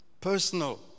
personal